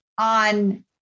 on